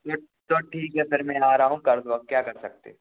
तो ठीक हे फिर मैं आ रहा हूँ कर दो अब क्या कर सकते हैं